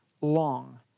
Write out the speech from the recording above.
long